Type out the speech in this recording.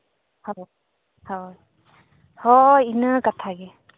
ᱦᱳᱭ ᱦᱳᱭ ᱦᱳᱭᱻ ᱤᱱᱟᱹ ᱠᱷᱟᱛᱷᱟ ᱜᱮ